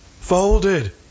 Folded